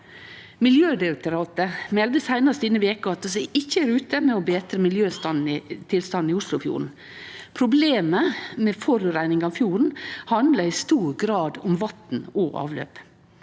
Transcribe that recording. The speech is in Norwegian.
Miljødirektoratet melde seinast denne veka at vi ikkje er i rute med å betre miljøtilstanden i Oslofjorden. Problemet med forureining av fjorden handlar i stor grad om vatn og avløp.